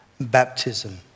baptism